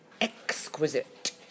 exquisite